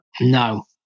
No